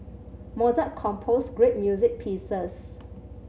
Mozart composed great music pieces